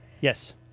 Yes